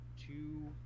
two